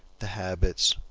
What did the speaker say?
the habits,